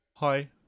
Hi